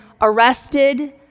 arrested